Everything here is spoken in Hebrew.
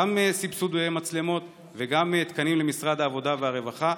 גם סבסוד מצלמות וגם מתקנים למשרד העבודה והרווחה.